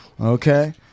Okay